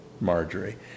Marjorie